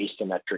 asymmetric